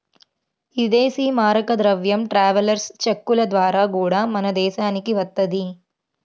ఇదేశీ మారక ద్రవ్యం ట్రావెలర్స్ చెక్కుల ద్వారా గూడా మన దేశానికి వత్తది